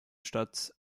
stadt